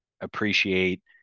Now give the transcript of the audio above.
appreciate